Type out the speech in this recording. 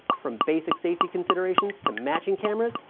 from basic safety considerations to matching cameras,